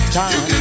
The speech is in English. time